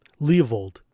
leovold